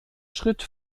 schritt